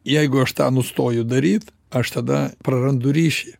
jeigu aš tą nustoju daryt aš tada prarandu ryšį